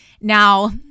Now